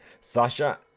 Sasha